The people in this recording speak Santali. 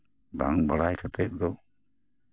ᱵᱟᱝ ᱵᱟᱲᱟᱭ ᱠᱟᱛᱮᱫ ᱫᱚ